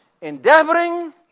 endeavoring